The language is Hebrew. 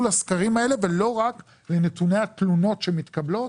לסקרים האלה ולא רק לנתוני התלונות שמתקבלות.